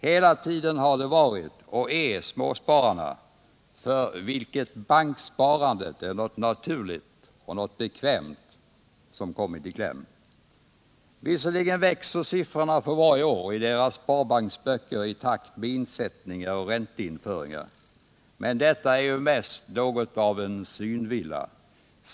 Hela tiden har det varit och är småspararna — för vilka banksparandet är något naturligt och bekvämt — som kommit i kläm. Visserligen växer siffrorna för varje år i deras sparbanksböcker i takt med insättningar och ränteinföringar. Men detta är ju mest något av en synvilla.